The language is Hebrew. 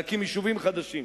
להקים יישובים חדשים